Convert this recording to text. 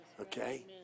okay